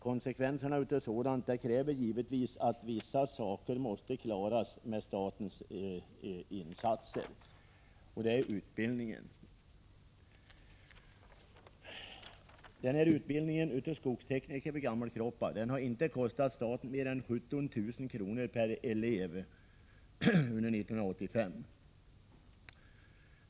Konsekvensen av detta är givetvis att vissa saker måste klaras med statens insatser, och det gäller utbildningen. Utbildningen av skogstekniker vid Gammelkroppa har inte kostat staten mer än 17 000 kr. per elev 1985.